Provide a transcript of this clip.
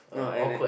no and net